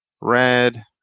red